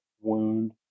wound